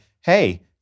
hey